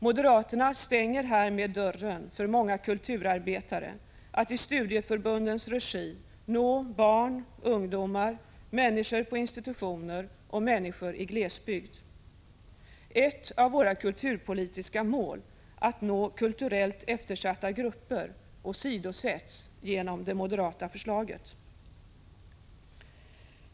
Moderaterna stänger härmed dörren för många kulturarbetare när det gäller att i studieförbundens regi nå barn, ungdomar, människor på institutioner och människor i glesbygd. Ett av våra kulturpolitiska mål, att nå kulturellt eftersatta grupper, åsidosätts genom det moderata förslaget.